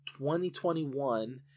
2021